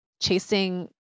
chasing